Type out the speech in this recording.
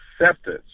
acceptance